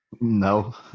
No